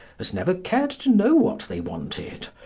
has never cared to know what they wanted,